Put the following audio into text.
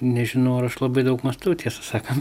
nežinau ar aš labai daug mąstau tiesą sakant